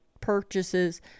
purchases